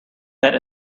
that